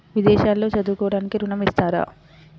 విదేశాల్లో చదువుకోవడానికి ఋణం ఇస్తారా?